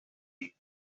gehen